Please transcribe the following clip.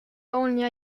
only